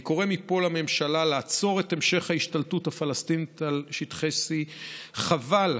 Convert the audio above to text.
אני קורא מפה לממשלה לעצור את המשך ההשתלטות הפלסטינית על שטחי C. חבל,